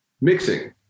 mixing